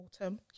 autumn